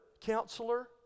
counselor